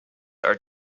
are